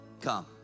come